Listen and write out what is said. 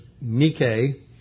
nike